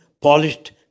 polished